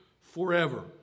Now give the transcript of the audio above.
forever